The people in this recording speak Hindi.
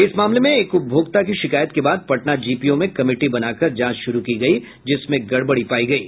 इस मामले में एक उपभोक्ता की शिकायत के बाद पटना जीपीओ में कमिटी बनाकर जांच शुरू की गई जिसमें गड़बड़ी पायी गयी